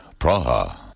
Praha